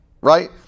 right